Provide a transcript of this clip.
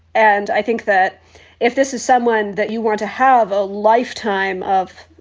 and i think that if this is someone that you want to have a lifetime of,